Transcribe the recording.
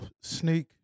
sneak